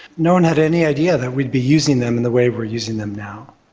no one had any idea that we would be using them in the way we are using them now.